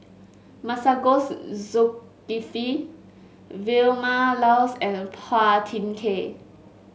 Masagos Zulkifli Vilma Laus and Phua Thin Kiay